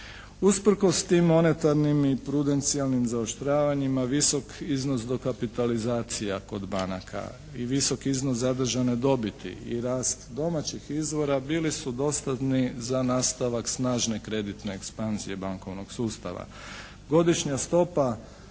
Usprkos tim monetarnim i … zaoštravanjima visok iznos dokapitalizacija kod banaka i visok iznos zadržane dobiti i rast domaćih izvora bili su dostatni za nastavak snažne kreditne ekspanzije bankovnog sustava. Godišnja stopa